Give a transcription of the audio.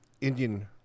Indian